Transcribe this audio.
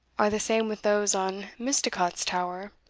are the same with those on misticot's tower,